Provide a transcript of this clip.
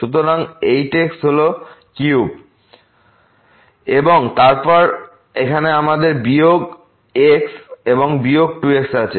সুতরাং 8 x হল ঘনক এবং তারপর এখানে আমাদের বিয়োগ x এবং বিয়োগ 2 x আছে